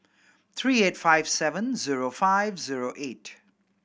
three eight five seven zero five zero eight